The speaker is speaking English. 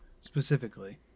specifically